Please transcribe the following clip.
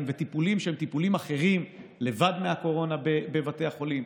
וטיפולים שהם טיפולים אחרים מלבד הקורונה בבתי החולים,